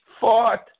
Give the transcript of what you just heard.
fought